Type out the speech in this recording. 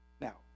Now